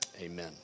amen